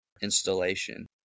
installation